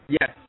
Yes